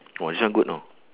!wah! this one good know